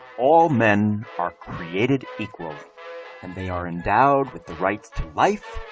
all men are created equal and they are endowed with the rights to life,